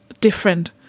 different